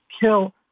kill